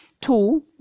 Two